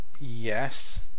Yes